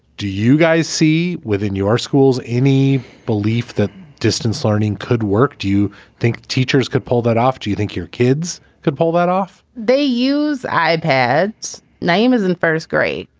do you guys see within your schools any belief that distance learning could work? do you think teachers could pull that off? do you think your kids could pull that off? they use ipads. name is in first grade.